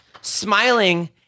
smiling